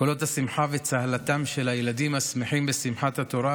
קולות השמחה וצהלתם של הילדים השמחים בשמחת התורה